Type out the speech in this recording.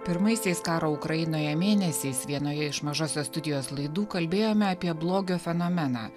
pirmaisiais karo ukrainoje mėnesiais vienoje iš mažosios studijos laidų kalbėjome apie blogio fenomeną